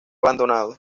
abandonado